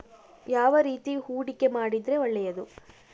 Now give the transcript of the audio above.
ಯಾವ ರೇತಿ ಹೂಡಿಕೆ ಮಾಡಿದ್ರೆ ಒಳ್ಳೆಯದು?